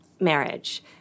marriage